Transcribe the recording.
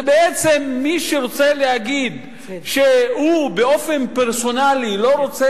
בעצם מי שרוצה להגיד שהוא באופן פרסונלי לא רוצה